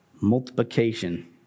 multiplication